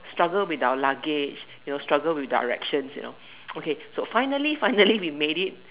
struggle with our luggage you know struggle with directions you know okay so finally finally we made it